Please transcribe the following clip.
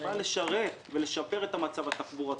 בא לשרת ולשפר את המצב התחבורתי.